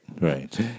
Right